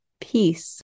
peace